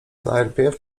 najpierw